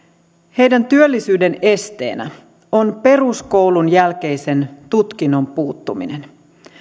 heidän työllisyytensä esteenä on peruskoulun jälkeisen tutkinnon puuttuminen